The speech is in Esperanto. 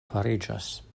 fariĝas